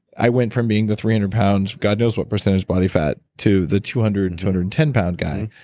i went from being the three hundred pounds, god knows what percentage body fat, to the two hundred and two hundred and ten pound guy.